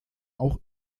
auch